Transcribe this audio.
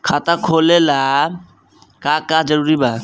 खाता खोले ला का का जरूरी बा?